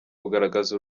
kugaragaza